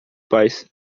pais